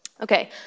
Okay